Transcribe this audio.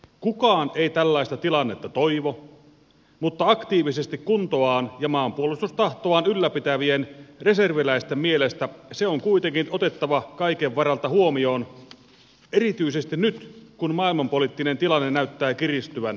kukaan ei tällaista tilannetta toivo mutta aktiivisesti kuntoaan ja maanpuolustustahtoaan ylläpitävien reserviläisten mielestä se on kuitenkin otettava kaiken varalta huomioon erityisesti nyt kun maailmanpoliittinen tilanne näyttää kiristyvän päivä päivältä